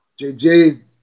JJ